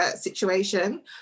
Situation